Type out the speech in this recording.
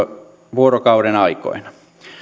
vuorokaudenaikoina